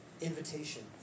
invitation